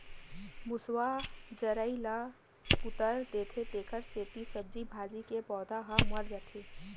मूसवा जरई ल कुतर देथे तेखरे सेती सब्जी भाजी के पउधा ह मर जाथे